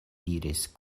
diris